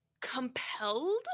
compelled